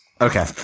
Okay